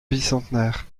bicentenaire